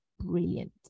brilliant